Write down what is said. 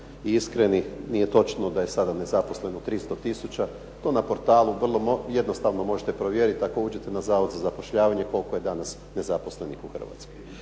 i iskreni. Nije točno da je sada nezaposleno 300000. To na portalu vrlo jednostavno možete provjeriti ako uđete na Zavod za zapošljavanje koliko je danas nezaposlenih u Hrvatskoj.